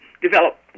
develop